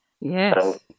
Yes